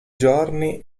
giorni